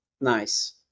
Nice